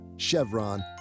Chevron